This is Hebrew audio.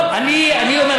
ואני חושב שזו